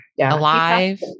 alive